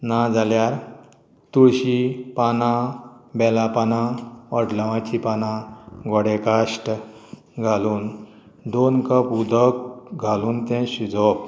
ना जाल्यार तुळशीं पानां बेलां पानां वटलावांची पानां गोडेकाश्ट घालून दोन कप उदक घालून तें शिजोवप